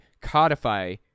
codify